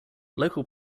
local